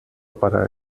para